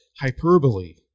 hyperbole